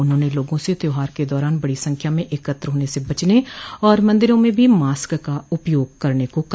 उन्होंने लोगों से त्योहारों के दौरान बड़ी संख्या में एकत्र होने से बचने और मंदिरों में भी मास्क का उपयोग करने को कहा